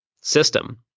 system